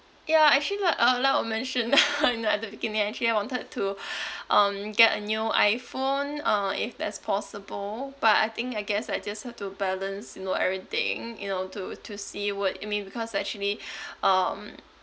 ya actually like uh like I mentioned you know at the beginning actually I wanted to um get a new iphone uh if that's possible but I think I guess I just have to balance you know everything you know to to see what you mean because actually um